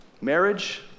marriage